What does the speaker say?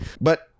But-